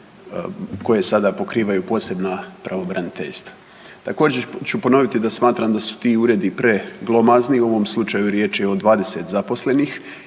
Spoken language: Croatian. koje sada pokrivaju posebna pravobraniteljstva. Također ću ponoviti da smatram da su ti uredi preglomazni u ovom slučaju riječ je o 20 zaposlenih